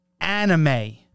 anime